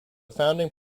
founding